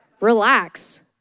Relax